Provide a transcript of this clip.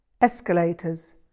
escalators